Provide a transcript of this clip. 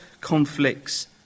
conflicts